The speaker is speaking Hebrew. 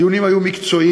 הדיונים היו מקצועיים,